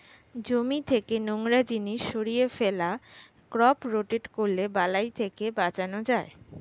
জমি থেকে নোংরা জিনিস সরিয়ে ফেলা, ক্রপ রোটেট করলে বালাই থেকে বাঁচান যায়